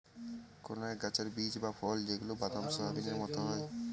কোনো এক গাছের বীজ বা ফল যেগুলা বাদাম, সোয়াবিনের মতো হয়